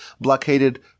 blockaded